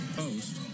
post